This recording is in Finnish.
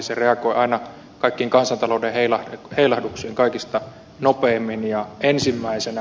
se reagoi aina kaikkiin kansantalouden heilahduksiin kaikista nopeimmin ja ensimmäisenä